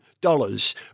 dollars